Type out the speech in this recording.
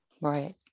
Right